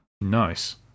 Nice